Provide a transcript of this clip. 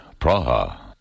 Praha